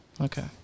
Okay